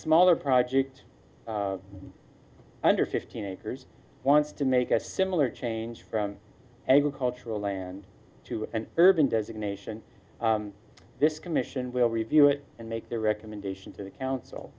smaller projects under fifteen acres wants to make a similar change from agricultural land to an urban designation this commission will review it and make the recommendation to the